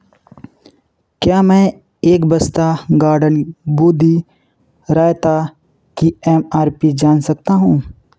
क्या मैं एक बस्ता गार्डन बूँदी रायता की एम आर पी जान सकता हूँ